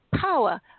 power